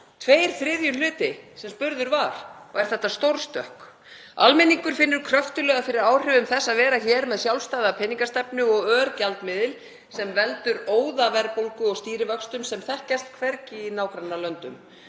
tveir þriðju hluti sem spurður var, og er þetta stórstökk. Almenningur finnur kröftuglega fyrir áhrifum þess að vera hér með sjálfstæða peningastefnu og örgjaldmiðil sem veldur óðaverðbólgu og stýrivöxtum sem þekkjast hvergi í nágrannalöndum.